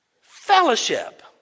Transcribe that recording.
fellowship